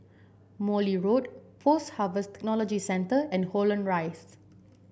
Morley Road Post Harvest Technology Centre and Holland Rise